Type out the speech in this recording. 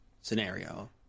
scenario